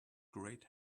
great